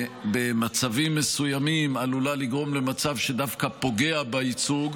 במצבים מסוימים זה עלול לגרום למצב שדווקא פוגע בייצוג,